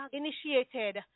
initiated